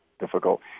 Difficult